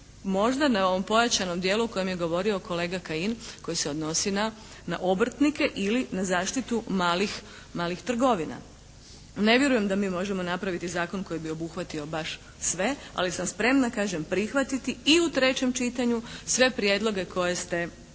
možda na ovom pojačanom dijelu o kojem je govorio kolega Kajin koji se odnosi na obrtnike ili na zaštitu malih trgovina. Ne vjerujem da mi možemo napraviti zakon koji bi obuhvatio baš sve ali sam spremna kažem prihvatiti i u trećem čitanju sve prijedloge koje ste iznijeli.